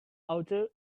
auto